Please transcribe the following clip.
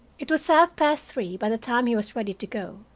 it was half-past three by the time he was ready to go.